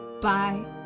bye